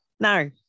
No